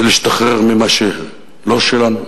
זה להשתחרר ממה שלא שלנו,